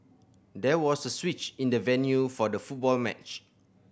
there was a switch in the venue for the football match